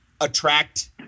attract